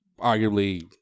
arguably